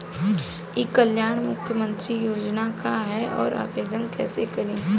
ई कल्याण मुख्यमंत्री योजना का है और आवेदन कईसे करी?